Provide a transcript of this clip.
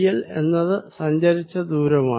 dl എന്നത് സഞ്ചരിച്ച ദൂരമാണ്